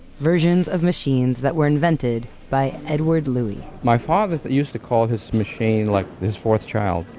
versions of machines that were invented by edward louie my father but used to call his machine like this fourth child.